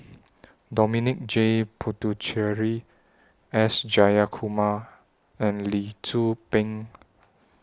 Dominic J Puthucheary S Jayakumar and Lee Tzu Pheng